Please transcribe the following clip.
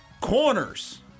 Corners